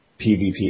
PvP